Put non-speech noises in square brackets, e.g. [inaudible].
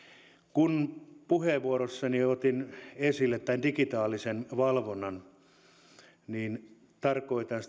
kun puheenvuorossani otin esille digitaalisen valvonnan niin tarkoitan [unintelligible]